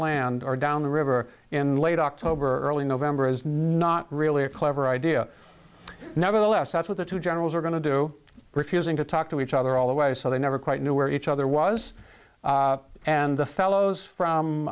crossland or down the river in late october early november is not really a clever idea nevertheless that's what the two generals are going to do refusing to talk to each other all the way so they never quite knew where each other was and the fellows from